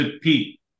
Pete